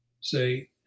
Say